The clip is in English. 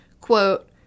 Quote